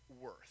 worth